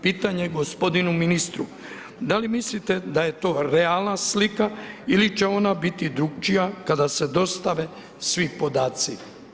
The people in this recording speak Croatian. Pitanje gospodinu ministru, da li mislite da je to realna slika ili će ona biti drukčija kada se dostave svi podaci?